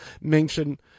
mention